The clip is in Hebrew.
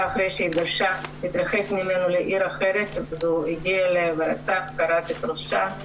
אחרי שהיא התגרשה להתרחק ממנו לעיר אחרת והוא הגיע ל- -- כרת את ראשה,